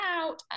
out